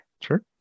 Sure